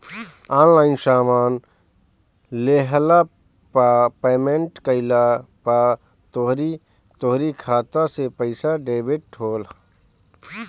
online सामान लेहला पअ पेमेंट कइला पअ तोहरी खाता से पईसा डेबिट होला